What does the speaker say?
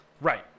right